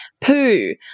poo